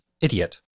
idiot